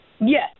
Yes